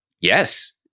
Yes